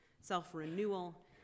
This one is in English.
self-renewal